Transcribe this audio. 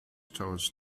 towards